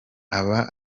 aba